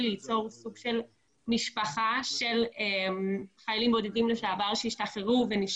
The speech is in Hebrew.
תודה לחברת הכנסת מיכל קוטלר וונש